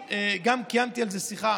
קיימתי על זה שיחה